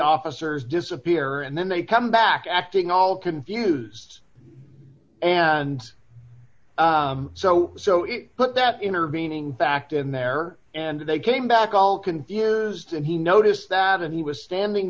officers disappear and then they come back acting all confused and so so it put that intervening fact in there and they came back all can is that he noticed that he was standing